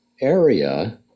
area